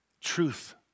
Truth